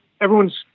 everyone's